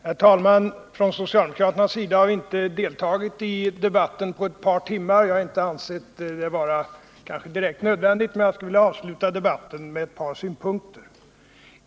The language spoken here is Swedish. Herr talman! Från socialdemokratiskt håll har vi inte deltagit i debatten på ett par timmar. Jag har inte ansett att det varit direkt nödvändigt, men jag skulle vilja avsluta debatten med ett par synpunkter.